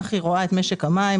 כך היא רואה את משק המים,